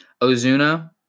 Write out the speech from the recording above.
Ozuna